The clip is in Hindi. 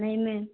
नहीं मैम